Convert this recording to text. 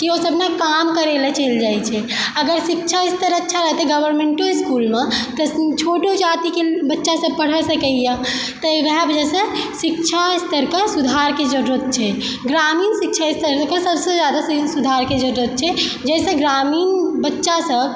कि ओसब नहि काम करय लै चलि जाइ छै अगर शिक्षा स्तर अच्छा रहतइ गवर्नमेन्टो इसकुलमे तऽ छोटो जातिके बच्चा सब पढ़ऽ सकइए तऽ वएह वजहसँ शिक्षा स्तरके सुधारके जरूरत छै ग्रामीण शिक्षा स्तरके सबसँ जादा सुधारके जरूरत छै जैसँ ग्रामीण बच्चा सब